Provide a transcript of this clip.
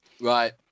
Right